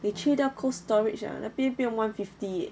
你去到· Cold Storage ah 那边变 one fifty eh